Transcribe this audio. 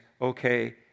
okay